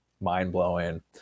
mind-blowing